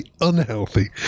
unhealthy